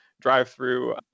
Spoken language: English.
drive-through